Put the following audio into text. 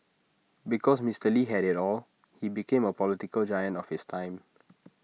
because Mister lee had IT all he became A political giant of his time